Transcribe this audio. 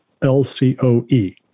LCOE